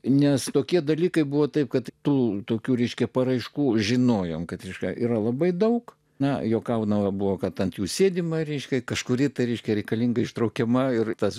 nes tokie dalykai buvo taip kad tų tokių ryškių paraiškų žinojome kad reiškia yra labai daug na juokaunama buvo kad ant jų sėdima ryškiai kažkuri tai reiškia reikalinga ištraukiama ir tas